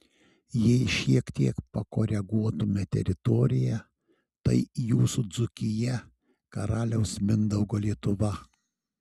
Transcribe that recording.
jei šiek tiek pakoreguotume teritoriją tai jūsų dzūkija karaliaus mindaugo lietuva